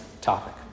topic